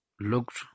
looked